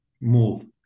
move